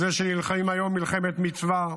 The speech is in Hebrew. על זה שהם נלחמים היום מלחמת מצווה,